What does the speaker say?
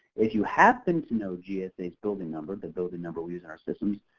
if you happen to know gsa's building number, the building number we use in our system,